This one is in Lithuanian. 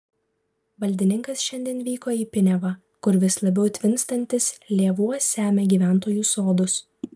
valdininkas šiandien vyko į piniavą kur vis labiau tvinstantis lėvuo semia gyventojų sodus